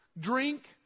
Drink